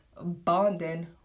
bonding